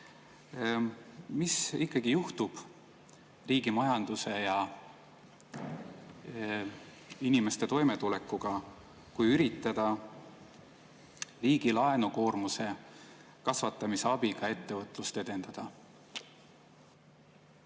Mis ikkagi juhtub riigi majanduse ja inimeste toimetulekuga, kui üritada riigi laenukoormuse kasvatamise abiga ettevõtlust edendada?